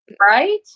Right